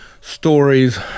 Stories